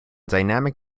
dynamic